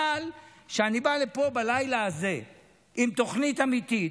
אבל כשאני בא לפה בלילה הזה עם תוכנית אמיתית,